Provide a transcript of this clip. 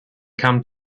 come